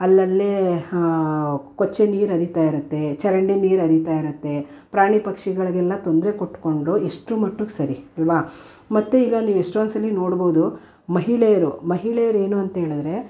ಅಲ್ಲಲ್ಲಿಯೇ ಕೊಚ್ಚೆ ನೀರು ಹರಿತಾ ಇರುತ್ತೆ ಚರಂಡಿ ನೀರು ಹರಿತಾ ಇರುತ್ತೆ ಪ್ರಾಣಿ ಪಕ್ಷಿಗಳಿಗೆಲ್ಲ ತೊಂದರೆ ಕೊಟ್ಕೊಂಡು ಎಷ್ಟರ ಮಟ್ಟಿಗೆ ಸರಿ ಅಲ್ಲವಾ ಮತ್ತು ಈಗ ನೀವು ಎಷ್ಟೋಂದು ಸಲ ನೋಡ್ಬೋದು ಮಹಿಳೆಯರು ಮಹಿಳೆಯರು ಏನು ಅಂತ್ಹೇಳಿದ್ರೆ